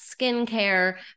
skincare